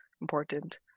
important